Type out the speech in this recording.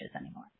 anymore